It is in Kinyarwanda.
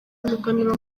w’umuganura